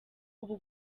ubu